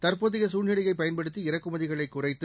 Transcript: தற்போதைய சசூழ்நிலையை பயன்படுத்தி இறக்குமதிகளை குறைத்து